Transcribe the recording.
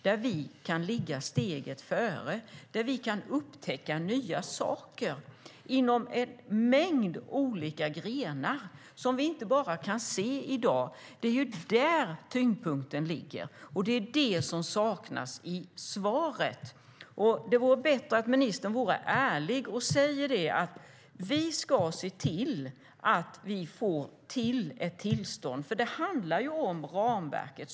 Där kan vi ligga steget före och upptäcka nya saker. Det är där tyngdpunkten ligger, och det saknas i svaret. Det vore bättre om ministern vore ärlig och sade att vi ska se till att vi får ett tillstånd. Det handlar ju om ramverket.